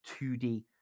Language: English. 2d